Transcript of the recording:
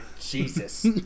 Jesus